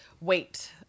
wait